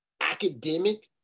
academic